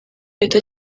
leta